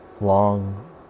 long